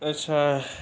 अच्छा